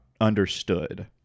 understood